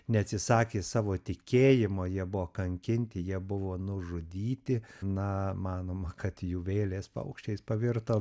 neatsisakė savo tikėjimo jie buvo kankinti jie buvo nužudyti na manoma kad jų vėlės paukščiais pavirto